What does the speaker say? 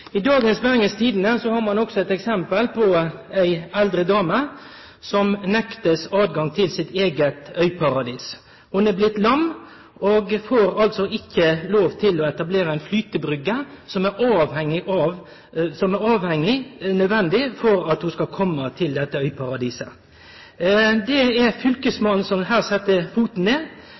I dagens Bergens Tidende kjem ein med eit eksempel på ei eldre dame som blir nekta tilgang til sitt eige øyparadis. Ho er blitt lam og får altså ikkje lov til å etablere ei flytebryggje, som er nødvendig for at ho skal kome seg til dette øyparadiset. Det er fylkesmannen som her set foten ned.